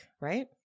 right